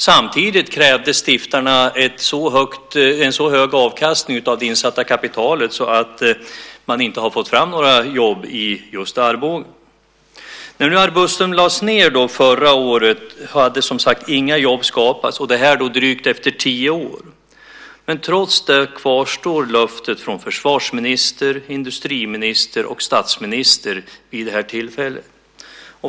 Samtidigt krävde stiftarna en så hög avkastning av det insatta kapitalet att man inte har fått fram några jobb i just Arboga. När Arbustum lades ned förra året hade inga jobb skapats - efter drygt tio år. Men trots det kvarstår löftet från försvarsminister, industriminister och statsminister vid det tillfället.